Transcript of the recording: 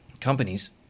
companies